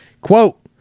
Quote